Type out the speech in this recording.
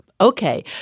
okay